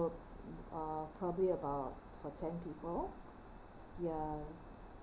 group uh probably about for ten people ya